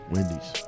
Wendy's